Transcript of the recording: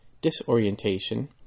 disorientation